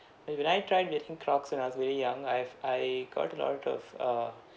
and when I tried getting crocs when I was very young I've I got a lot of uh